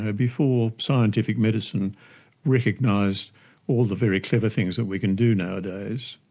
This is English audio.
ah before scientific medicine recognised all the very clever things that we can do nowadays,